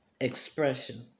expression